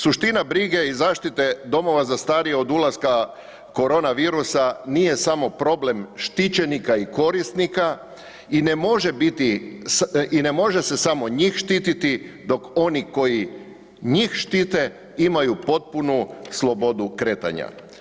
Suština brige i zaštite domova za starije od ulaska koronavirusa nije samo problem štićenika i korisnika i ne može biti, i ne može se samo njih štititi, dok oni koji njih štite imaju potpunu slobodu kretanja.